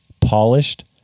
polished